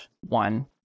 one